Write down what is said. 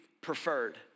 preferred